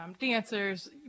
dancers